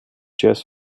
jazz